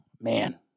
man